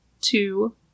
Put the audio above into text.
two